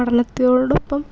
പഠനത്തിനോടൊപ്പം